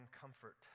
comfort